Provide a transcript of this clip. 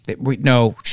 no